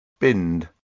bind